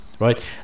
right